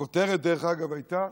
הכותרת, דרך אגב, הייתה: